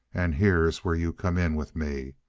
and here's where you come in with me.